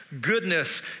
goodness